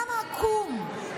למה עקום?